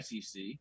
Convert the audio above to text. SEC